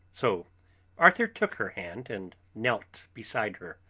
so arthur took her hand and knelt beside her,